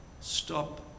stop